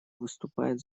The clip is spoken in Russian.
выступает